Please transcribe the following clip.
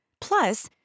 Plus